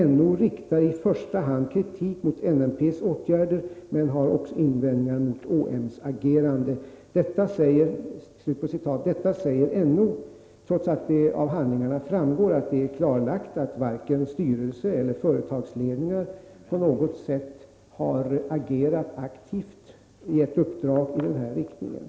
NO riktar i första hand kritik mot NNPs åtgärder men har också invändningar mot ÅMs agerande.” Detta säger NO trots att det av handlingarna framgår att det är klarlagt att varken styrelse eller företagsledningar på något sätt har agerat aktivt, gett uppdrag i den här riktningen.